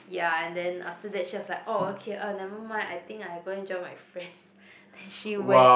ya and then after that she was like orh okay err never mind I think I going join my friends then she went